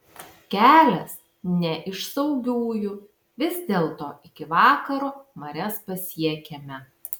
kelias ne iš saugiųjų vis dėlto iki vakaro marias pasiekėme